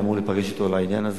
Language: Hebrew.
ואני אמור להיפגש אתו בעניין הזה.